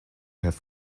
have